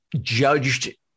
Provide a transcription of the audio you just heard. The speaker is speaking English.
judged